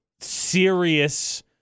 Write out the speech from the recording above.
serious